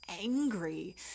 angry